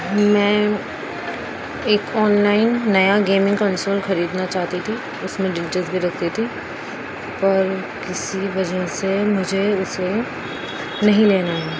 میں ایک online نیا گیمنگ کنسول خریدنا چاہتی تھی اس میں دلچسپی رکھتی تھی پر کسی وجہ سے مجھے اسے نہیں لینا ہے